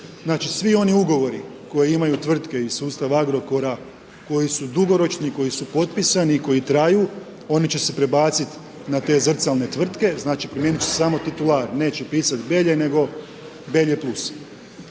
Znači svi oni ugovori koje imaju tvrtke iz sustav Agrokora, koji su dugoročni i koji su potpisani i koji traju, oni će se prebaciti na te zrcalne tvrtke, znači promijeniti će samo titular, neće pisati Belje, nego Belje plus.